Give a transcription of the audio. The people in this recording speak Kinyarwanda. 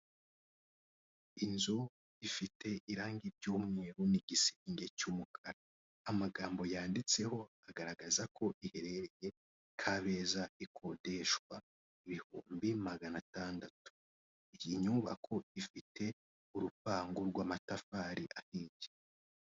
Inzu ifite irangi ry'umweru n'igisenge cy'umukara, amagambo yanditseho agaragaza ko iherereye Kabeza ikodeshwa ibihumbi magana atandatu. Iyi nyubako ifite urupango rw'amatafari ahiye.